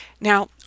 Now